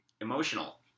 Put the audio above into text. emotional